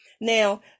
Now